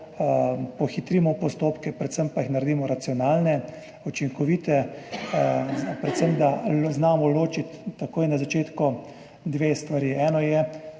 pohitrimo postopke, predvsem pa jih naredimo racionalne, učinkovite. Predvsem, da znamo ločiti takoj na začetku dve stvari – eno je,